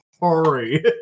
hurry